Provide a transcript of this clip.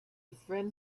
friend